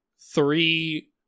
three